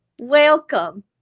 welcome